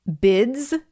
bids